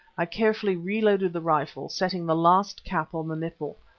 i carefully re-loaded the rifle, setting the last cap on the nipple.